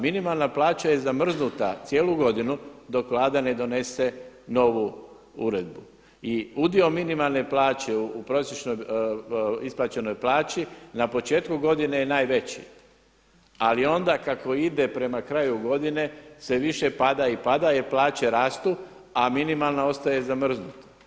Minimalna plaća je zamrznuta cijelu godinu dok Vlada ne donese novu uredbu i udio minimalne plaće u prosječno isplaćenoj plaći na početku godine je najveći, ali onda kako ide prema kraju godine sve više pada i pada jer plaće rastu, a minimalna ostaje zamrznuta.